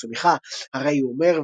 עמוס ומיכה "הרי הוא אומר